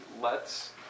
lets